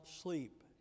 sleep